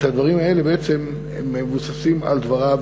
הדברים האלה בעצם מבוססים על דבריו